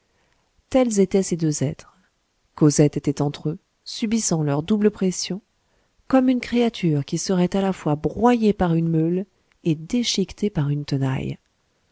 tels étaient ces deux êtres cosette était entre eux subissant leur double pression comme une créature qui serait à la fois broyée par une meule et déchiquetée par une tenaille